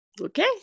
Okay